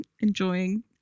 enjoying